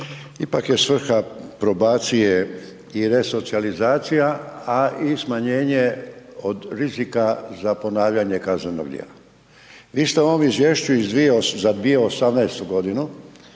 Ipak je svrha probacije i resocijalizacija, a i smanjenje od rizika za ponavljanja kaznenog djela. Vi ste u ovom izvješću za 2018. godinu